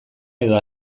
edo